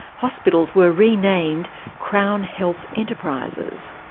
hospitals were renamed crown health enterprises.